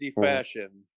fashion